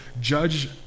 judge